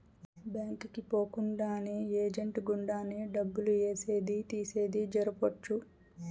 bank కి పోకుండానే agent గుండానే డబ్బులు ఏసేది తీసేది జరపొచ్చు